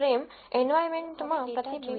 ચાલો હવે ડેટા જોઈએ